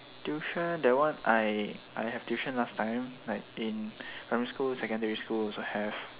tuition that one I I have tuition last time like in primary school secondary school also have